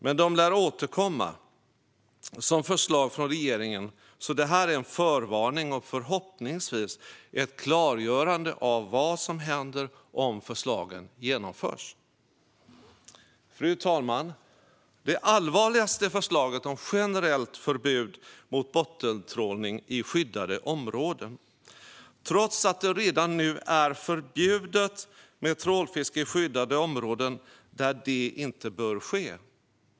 Men de lär återkomma som förslag från regeringen, så det här är en förvarning och förhoppningsvis ett klargörande av vad som händer om förslagen genomförs. Fru talman! Det allvarligaste är förslaget om generellt förbud mot bottentrålning i skyddade områden trots att det redan nu är förbjudet med trålfiske i skyddade områden där det inte bör ske.